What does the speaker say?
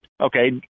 okay